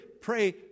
pray